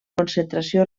concentració